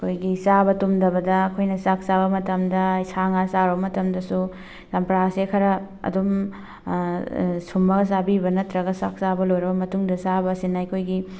ꯑꯩꯈꯣꯏꯒꯤ ꯆꯥꯕ ꯇꯨꯝꯗꯕꯗ ꯑꯩꯈꯣꯏꯅ ꯆꯥꯛ ꯆꯥꯕ ꯃꯇꯝꯗ ꯁꯥ ꯉꯥ ꯆꯥꯔꯨꯕ ꯃꯇꯝꯗꯁꯨ ꯆꯝꯄ꯭ꯔꯥꯁꯦ ꯈꯔ ꯑꯗꯨꯝ ꯁꯨꯝꯃꯒ ꯆꯥꯕꯤꯕ ꯅꯠꯇ꯭ꯔꯒ ꯆꯥꯛ ꯆꯥꯕ ꯂꯣꯏꯔꯕ ꯃꯇꯨꯡꯗ ꯆꯥꯕ ꯑꯁꯤꯅ ꯑꯩꯈꯣꯏꯒꯤ